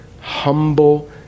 humble